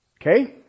Okay